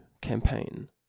campaign